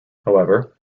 however